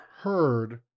heard